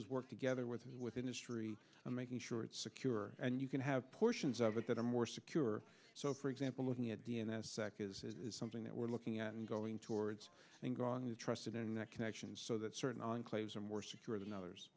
is work together with me with industry on making sure it's secure and you can have portions of it that are more secure so for example looking at d n a as something that we're looking at and going towards and growing interested in that connection so that certain enclaves are more secure than others